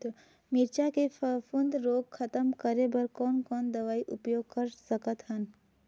मिरचा के फफूंद रोग खतम करे बर कौन कौन दवई उपयोग कर सकत हन?